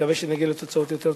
ונקווה שנגיע לתוצאות יותר טובות.